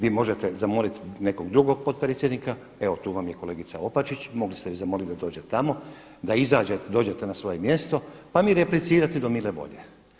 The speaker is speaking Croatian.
Vi možete zamoliti nekog drugog potpredsjednika, evo tu vam je kolegica Opačić, mogli ste ju zamoliti da dođe tamo, da izađete, dođete na svoje mjesto pa mi replicirati do mile volje.